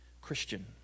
Christian